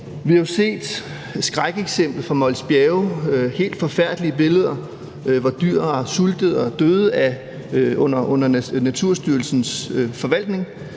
Vi har jo set skrækeksemplet fra Mols Bjerge, hvor vi har set helt forfærdelige billeder af dyr, der har sultet og er døde under Naturstyrelsens forvaltning,